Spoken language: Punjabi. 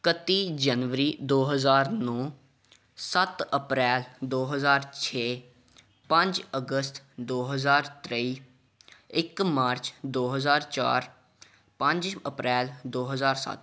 ਇਕੱਤੀ ਜਨਵਰੀ ਦੋ ਹਜ਼ਾਰ ਨੌਂ ਸੱਤ ਅਪ੍ਰੈਲ ਦੋ ਹਜ਼ਾਰ ਛੇ ਪੰਜ ਅਗਸਤ ਦੋ ਹਜ਼ਾਰ ਤੇਈ ਇੱਕ ਮਾਰਚ ਦੋ ਹਜ਼ਾਰ ਚਾਰ ਪੰਜ ਅਪ੍ਰੈਲ ਦੋ ਹਜ਼ਾਰ ਸੱਤ